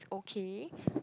okay